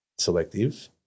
selective